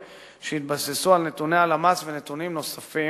שהתבססו על נתוני הלמ"ס ונתונים נוספים.